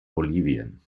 bolivien